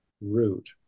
root